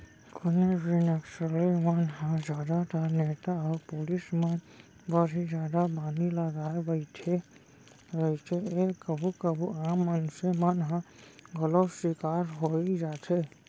कोनो भी नक्सली मन ह जादातर नेता अउ पुलिस मन बर ही जादा बानी लगाय बइठे रहिथे ए कभू कभू आम मनसे मन ह घलौ सिकार होई जाथे